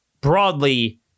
broadly